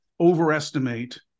overestimate